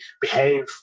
behave